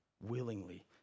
willingly